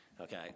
Okay